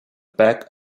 back